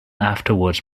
afterwards